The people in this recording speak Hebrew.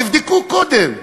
תבדקו קודם.